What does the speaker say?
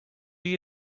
you